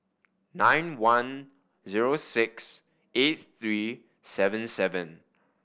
nine one zero six eight three seven seven